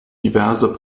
diverse